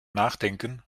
nachdenken